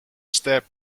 step